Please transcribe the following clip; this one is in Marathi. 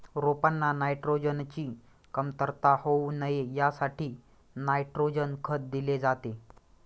रोपांना नायट्रोजनची कमतरता होऊ नये यासाठी नायट्रोजन खत दिले जाते